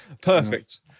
Perfect